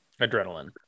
Adrenaline